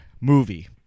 movie